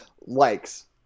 likes